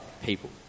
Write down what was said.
people